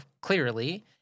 clearly